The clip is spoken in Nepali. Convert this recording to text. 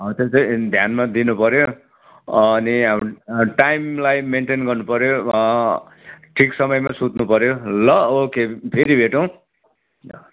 त्यसलाई ध्यानमा दिनुपऱ्यो अनि टाइमलाई मेन्टेन गर्नुपऱ्यो ठिक समयमा सुत्नुपऱ्यो ल ओके फेरि भेटौँ